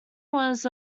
was